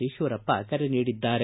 ಈಶ್ವರಪ್ಪ ಕರೆ ನೀಡಿದ್ದಾರೆ